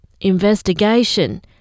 investigation